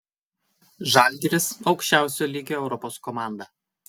žalgiris aukščiausio lygio europos komanda